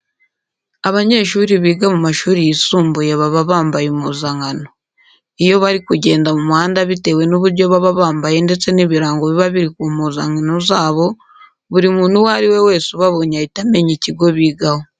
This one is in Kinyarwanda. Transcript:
Abanyeshuri biga mu mashuri yisumbuye baba bambaye impuzankano. Iyo bari kugenda mu muhanda bitewe n'uburyo baba bambaye ndetse n'ibirango biba biri ku mpuzankano zabo, buri muntu uwo ari we wese ubabonye ahita amenya ikigo bigaho.